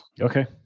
Okay